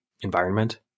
environment